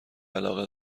علاقه